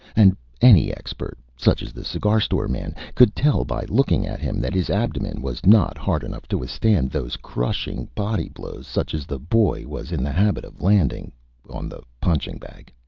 and any expert, such as the cigar store man, could tell by looking at him that his abdomen was not hard enough to withstand those crushing body blows such as the boy was in the habit of landing on the punching bag.